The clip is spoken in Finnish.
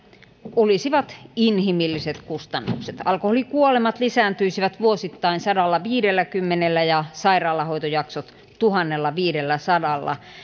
olisivat inhimilliset kustannukset alkoholikuolemat lisääntyisivät vuosittain sadallaviidelläkymmenellä ja sairaalahoitojaksot tuhannellaviidelläsadalla